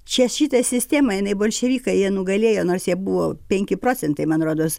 čia šita sistema jinai bolševikai jie nugalėjo nors jie buvo penki procentai man rodos